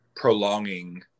prolonging